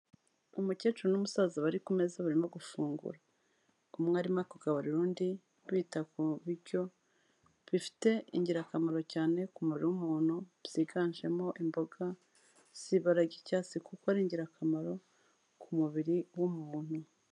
Umukecuru n'umusaza bari kumeza barimo gufungura. Umwe arimo kugaburira undi, bita ku biryo bifite ingirakamaro cyane ku kumubiri wumuntu byiganjemo imboga zibara ry'icyatsi kuko ari ingirakamaro ku mubiri w'umuntu.